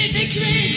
victory